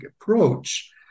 approach